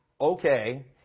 okay